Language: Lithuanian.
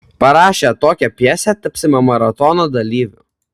parašę tokią pjesę tapsime maratono dalyviu